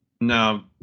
no